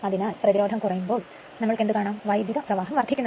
അതിനാൽ പ്രതിരോധം കുറയുമ്പോൾ വൈദ്യുത പ്രവാഹം വർധിക്കുന്നു